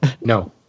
no